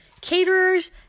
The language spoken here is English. caterers